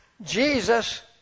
Jesus